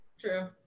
true